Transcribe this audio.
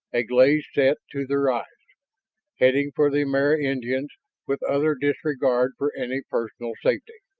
a glazed set to their eyes heading for the amerindians with utter disregard for any personal safety.